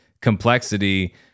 complexity